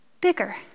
bigger